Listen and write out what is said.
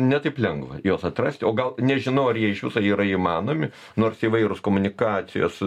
ne taip lengva juos atrasti o gal nežinau ar jie iš viso yra įmanomi nors įvairūs komunikacijos